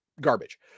garbage